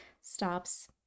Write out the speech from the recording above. stops